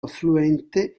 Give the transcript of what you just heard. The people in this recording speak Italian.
affluente